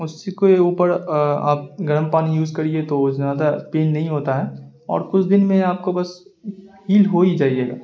اسی کے اوپر آپ گرم پانی یوز کریے تو زیادہ پین نہیں ہوتا ہے اور کچھ دن میں آپ کو بس ہیل ہو ہی جائیے گا